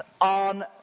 on